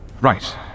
Right